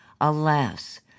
Alas